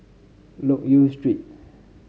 Loke Yew Street